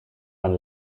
man